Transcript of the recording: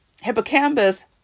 hippocampus